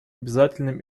обязательным